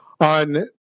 On